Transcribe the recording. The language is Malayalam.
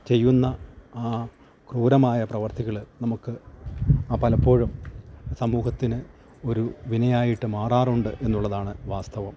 ചെയ്യുന്ന ആ ക്രൂരമായ പ്രവർത്തികള് നമുക്ക് ആ പലപ്പോഴും സമൂഹത്തിന് ഒരു വിനയായിട്ട് മാറാറുണ്ട് എന്നുള്ളതാണ് വാസ്തവം